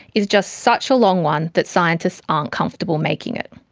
is just such a long one that scientists aren't comfortable making it.